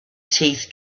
teeth